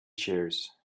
chairs